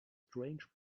strange